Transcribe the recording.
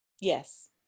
Yes